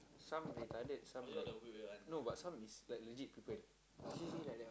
some retarded some they no but some is like legit people